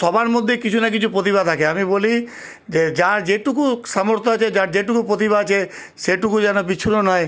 সবার মধ্যেই কিছু না কিছু প্রতিভা থাকে আমি বলি যে যার যেটুকু সামর্থ্য আছে যার যেটুকু প্রতিভা আছে সেটুকু যেন পিছনো নয়